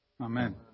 Amen